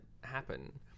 happen